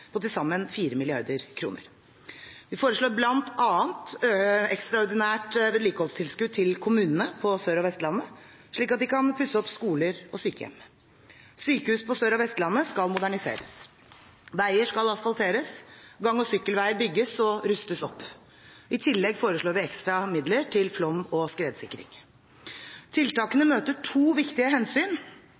på til sammen 4 mrd. kr. Vi foreslår bl.a. ekstraordinære vedlikeholdstilskudd til kommuner på Sør- og Vestlandet, slik at de kan pusse opp skoler og sykehjem. Sykehus på Sør- og Vestlandet skal moderniseres. Veier skal asfalteres, og gang- og sykkelveier bygges og rustes opp. I tillegg foreslår vi ekstra midler til flom- og skredsikring. Tiltakene møter to viktige hensyn;